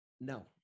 No